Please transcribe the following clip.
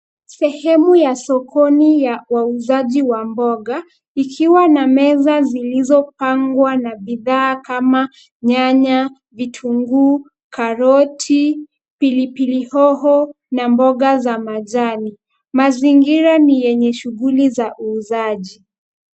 Sehemu ya sokoni ya wauzaji wa mboga, ikiwa na meza zilizopangwa na bidhaa kama nyanya, vitunguu, karoti, pilipili hoho na mboga za majani. Mazingira ni yenye shughuli za uuzaji.